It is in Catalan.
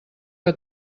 que